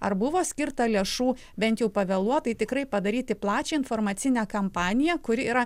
ar buvo skirta lėšų bent jau pavėluotai tikrai padaryti plačią informacinę kampaniją kuri yra